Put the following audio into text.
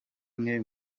umwe